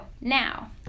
Now